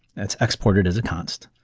that's exported as a const,